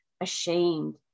ashamed